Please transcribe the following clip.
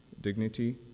dignity